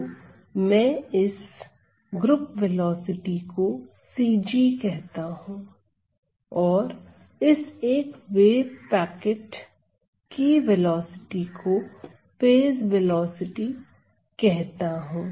तो मैं इस ग्रुप वेलोसिटी को cg कहता हूं और इस एक वेव पैकेट की वेलोसिटी को फेज वेलोसिटी कहता हूं